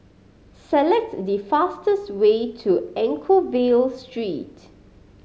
select the fastest way to Anchorvale Street